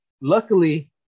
Luckily